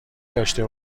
داشته